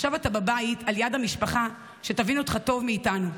עכשיו אתה בבית ליד המשפחה שתבין אותך טוב מאיתנו.